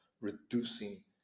reducing